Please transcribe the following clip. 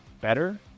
better